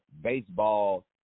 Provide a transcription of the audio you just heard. baseball